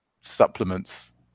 supplements